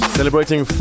celebrating